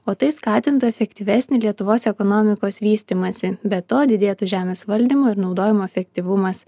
o tai skatintų efektyvesnį lietuvos ekonomikos vystymąsi be to didėtų žemės valdymo ir naudojimo efektyvumas